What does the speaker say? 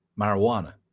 marijuana